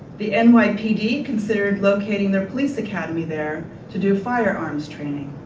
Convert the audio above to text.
the and nypd considered locating their police academy there to do firearms training.